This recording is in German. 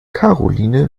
karoline